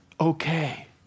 okay